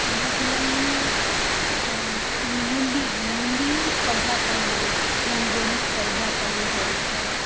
એના સિવાયની મહેંદી મહેંદી સ્પર્ધા પણ હોય રંગોળી સ્પર્ધા પણ હોય છે